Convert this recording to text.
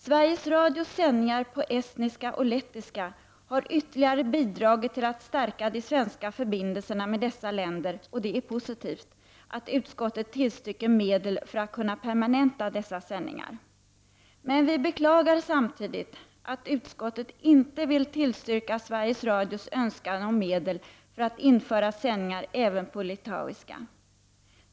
Sveriges Radios sändningar på estniska och lettiska har ytterligare bidragit till att stärka de svenska förbindelserna med dessa länder, och det är positivt att utskottet tillstyrker medel för att kunna permanenta dessa sändningar. Men vi beklagar samtidigt att utskottet inte vill tillstyrka Sveriges Radios önskan om medel för att införa sändningar även på litauiska.